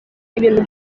ibintu